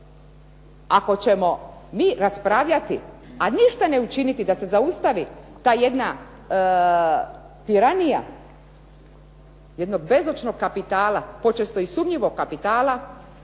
ako ćemo mi raspravljati a ništa ne učiniti da se zaustavi ta jedna tiranija jednog bezočnog kapitala, počesto i sumnjivog kapitala